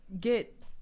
get